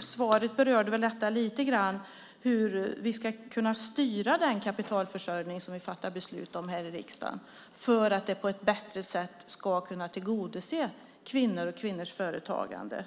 Svaret berörde väl detta lite grann; hur vi ska kunna styra den kapitalförsörjning som vi fattar beslut om här i riksdagen för att den på ett bättre sätt ska kunna tillgodose kvinnor och kvinnors företagande.